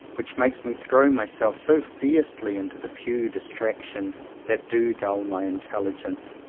which makes me throw myself so fiercely into the few distractions that do dull my intelligence.